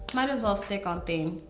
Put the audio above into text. might as well stick on theme.